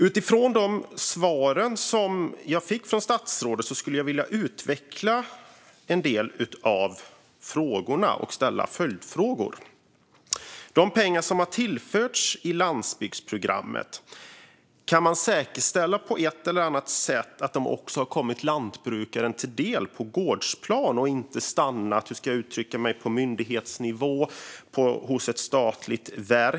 Utifrån de svar jag har fått av statsrådet skulle jag vilja utveckla en del av mina frågor och ställa följdfrågor. Kan man på ett eller annat sätt säkerställa att de pengar som har tillförts genom landsbygdsprogrammet också har kommit de enskilda lantbrukarna till del och inte stannat på myndighetsnivå hos ett statligt verk?